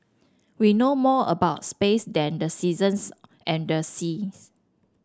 we know more about space than the seasons and the seas